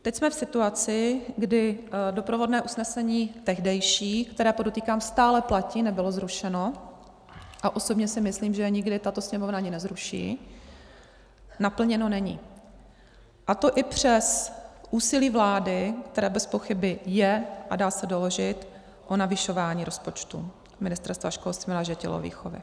Teď jsme v situaci, kdy doprovodné usnesení tehdejší které, podotýkám, stále platí, nebylo zrušeno, a osobně si myslím, že je nikdy tato Sněmovna ani nezruší naplněno není, a to i přes úsilí vlády, které bezpochyby je a dá se doložit, o navyšování rozpočtu Ministerstva školství, mládeže a tělovýchovy.